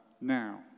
Now